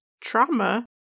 trauma